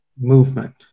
movement